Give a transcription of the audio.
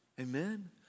Amen